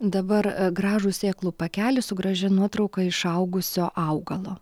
dabar gražų sėklų pakelį su gražia nuotrauka išaugusio augalo